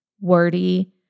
wordy